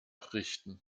richten